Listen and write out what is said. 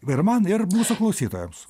ir man ir mūsų klausytojams